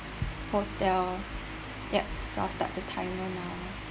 hotel ya so I'll start the timer now